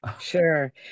Sure